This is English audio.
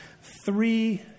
three